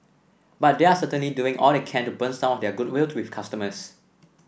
but they're certainly doing all they can to burn some of their goodwill with customers